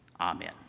amen